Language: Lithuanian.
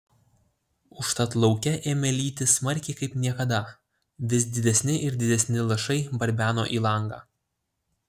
užtat lauke ėmė lyti smarkiai kaip niekada vis didesni ir didesni lašai barbeno į langą